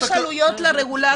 יש עלויות לרגולציה.